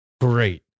great